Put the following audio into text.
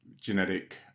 genetic